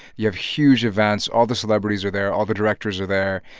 you have huge events. all the celebrities are there. all the directors are there.